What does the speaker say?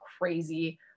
crazy